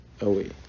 away